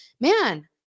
man